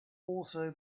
also